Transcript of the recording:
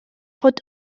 fod